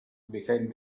behind